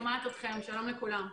שלום לכולם.